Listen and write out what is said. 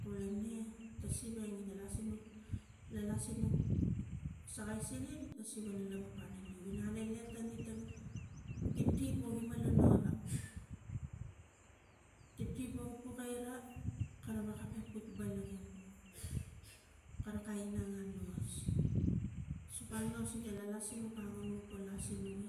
Polene ta siveng ina lasinuk la lasinuk siva ina la niu pana leu ina alele tange tang tiptip wogima lo nu ra tiptip wogi paka ura kara waka puk balang epuk balang epuk kara kain inang anos, sukangas sita lala sinuk aro po lasinum me